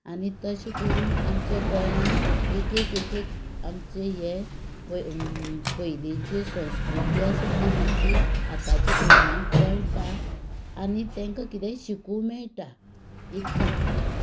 आनी तशें करून आमच्या गोंयांक एक एक आमचें हें पयलींची संस्कृती आसा ती मातशी आतांच्या भुरग्यांक कळटा आनी तांकां कितेंय शिकूंक मेळटा इतलेंच